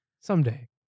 Someday